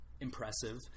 impressive